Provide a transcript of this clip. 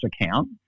account